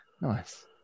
Nice